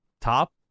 top